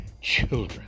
children